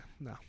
no